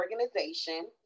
organization